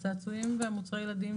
לא החרגנו את הצעצועים ומוצרי ילדים,